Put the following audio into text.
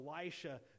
Elisha